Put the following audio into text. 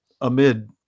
amid